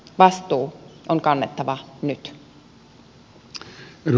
vastuu on kannettava nyt